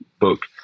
book